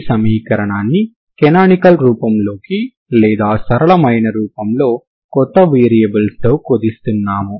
ఈ సమీకరణాన్ని కనానికల్ రూపంలోకి లేదా సరళమైన రూపంలో కొత్త వేరియబుల్స్ తో కుదిస్తున్నాము